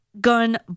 Gun